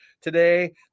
today